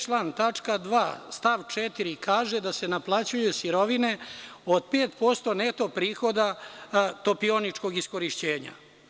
Član 159. tačka 2. stav 4. kaže da se naplaćuju sirovine od 5% neto prihoda topioničkog iskorišćenja.